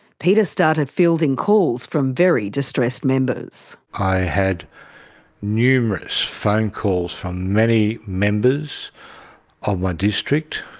peter started fielding calls from very distressed members. i had numerous phone calls from many members of my district,